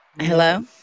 Hello